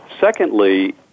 Secondly